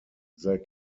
they